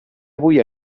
avui